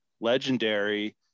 legendary